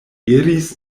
iris